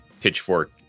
pitchfork